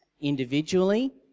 individually